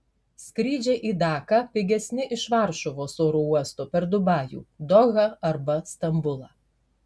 skrydžiai į daką pigesni iš varšuvos oro uosto per dubajų dohą arba stambulą